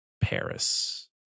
Paris